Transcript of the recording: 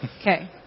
okay